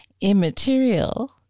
immaterial